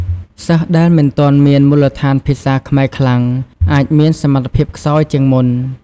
សិស្សដែលមិនទាន់មានមូលដ្ឋានភាសាខ្មែរខ្លាំង អាចមានសម្ថភាពខ្សោយជាងមុន។